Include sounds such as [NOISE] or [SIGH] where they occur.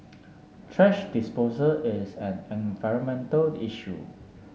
[NOISE] thrash disposal is an environmental issue